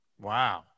Wow